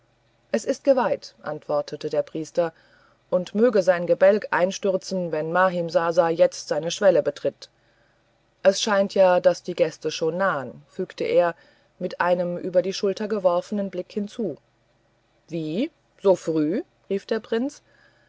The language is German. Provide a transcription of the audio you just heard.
es ist geweiht antwortete der priester und möge sein gebälk einstürzen wenn mahimsasa jetzt seine schwelle betritt es scheint ja daß die gäste schon nahen fügte er mit einem über die schulter geworfenen blick hinzu wie so früh rief der prinz